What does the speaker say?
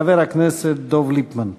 חבר הכנסת דב ליפמן.